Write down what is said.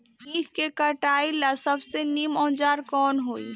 ईख के कटाई ला सबसे नीमन औजार कवन होई?